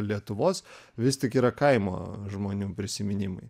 lietuvos vis tik yra kaimo žmonių prisiminimai